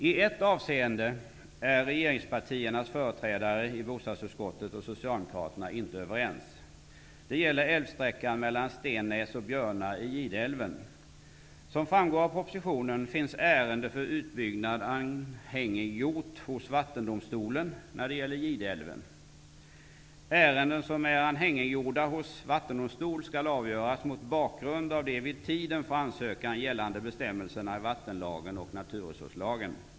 I ett avseende är regeringspartiernas företrädare i bostadsutskottet och Socialdemokraterna inte överens. Det gäller älvsträckan mellan Stennäs och Björna i Gideälven. Som framgår av propositionen finns ärende för utbyggnad anhängiggjort hos vattendomstolen när det gäler Gideälven. Ärenden som är anhängiggjorda hos vattendomstol skall avgöras mot bakgrund av de vid tiden för ansökan gällande bestämmelserna i vattenlagen och naturresurslagen.